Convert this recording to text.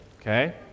okay